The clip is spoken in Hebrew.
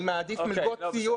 אני מעדיף מלגות סיוע,